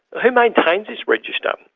who maintains this register? um